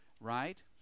right